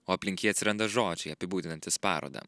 o aplink jį atsiranda žodžiai apibūdinantys parodą